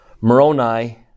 Moroni